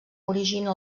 origina